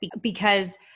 because-